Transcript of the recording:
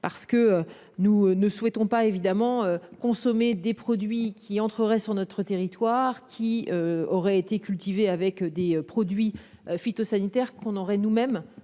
parce que nous ne souhaitons pas évidemment consommer des produits qui entrerait sur notre territoire qui. Aurait été cultivée avec des produits phytosanitaires qu'on aurait nous-mêmes